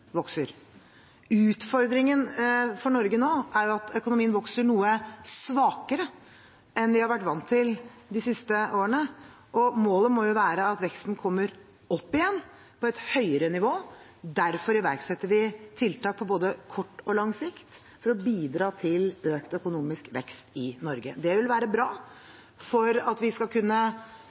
vokser. Utfordringen for Norge nå er jo at økonomien vokser noe svakere enn vi har vært vant til de siste årene. Målet må være at veksten kommer opp igjen på et høyere nivå, og derfor iverksetter vi tiltak på både kort sikt og lang sikt for å bidra til økt økonomisk vekst i Norge. Det vil være bra for at vi skal kunne